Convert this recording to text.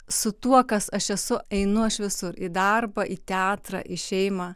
su tuo kas aš esu einu aš visur į darbą į teatrą į šeimą